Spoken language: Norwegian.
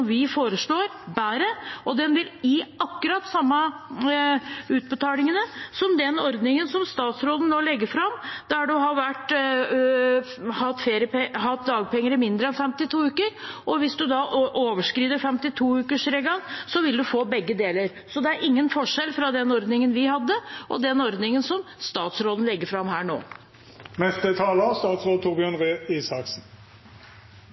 statsråden nå legger fram for dem som har hatt dagpenger i mindre enn 52 uker. Hvis man overskrider 52-ukersregelen, vil man få begge deler, så det er ingen forskjell fra den ordningen vi hadde, og den ordningen som statsråden legger fram nå.